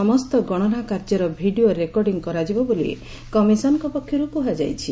ସମସ୍ତ ଗଣନା କାର୍ଯ୍ୟର ଭିଡ଼ିଓ ରେକର୍ଡିଂ କରାଯିବ ବୋଲି କମିଶନଙ୍କ ପକ୍ଷରୁ କୁହାଯାଇଛି